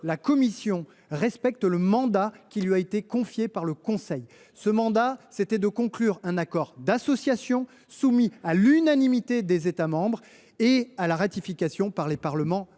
la Commission respecte le mandat qui lui a été confié par le Conseil, c’est à dire de conclure un accord d’association soumis à l’unanimité des États membres et à la ratification par les Parlements